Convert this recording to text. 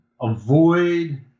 Avoid